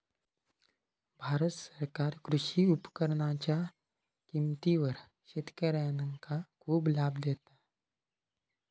भारत सरकार कृषी उपकरणांच्या किमतीवर शेतकऱ्यांका खूप लाभ देता